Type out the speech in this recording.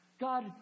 God